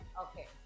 Okay